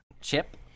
Chip